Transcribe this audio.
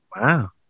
Wow